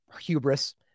hubris